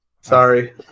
Sorry